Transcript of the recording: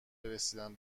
رسیدن